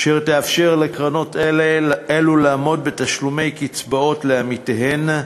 אשר תאפשר לקרנות אלו לעמוד בתשלומי קצבאות לעמיתיהן,